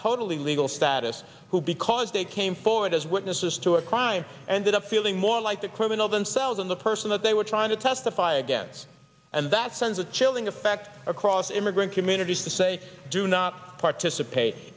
totally legal status who because they came forward as witnesses to a crime and a feeling more like the criminal themselves in the person that they were trying to testify against and that sends a chilling effect across immigrant communities to say do not participate